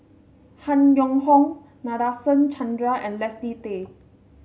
Han Yong Hong Nadasen Chandra and Leslie Tay